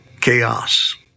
chaos